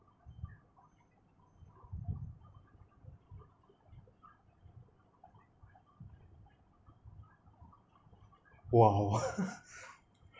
!wow!